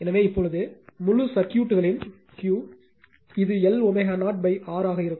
எனவே இப்போது முழு சர்க்யூட்களின் Q இது Lω0 R ஆக இருக்கும்